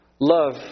love